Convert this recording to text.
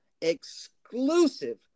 exclusive